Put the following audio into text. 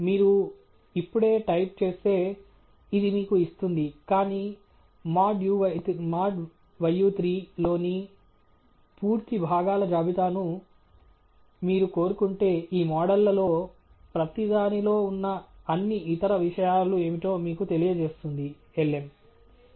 మీరు ఇప్పుడే టైప్ చేస్తే ఇది మీకు ఇస్తుంది కానీ మాడ్యూ3 లోని పూర్తి భాగాల జాబితాను మీరు కోరుకుంటే ఈ మోడళ్లలో ప్రతిదానిలో ఉన్న అన్ని ఇతర విషయాలు ఏమిటో మీకు తెలియజేస్తుంది lm